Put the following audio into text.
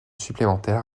supplémentaires